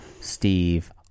Steve